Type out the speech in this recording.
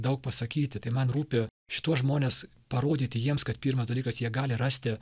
daug pasakyti tai man rūpi šituos žmones parodyti jiems kad pirmas dalykas jie gali rasti